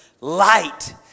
light